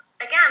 again